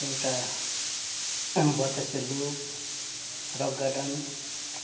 एउटा बतासे loop rock garden